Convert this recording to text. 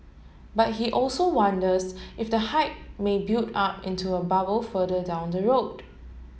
but he also wonders if the hype may build up into a bubble further down the road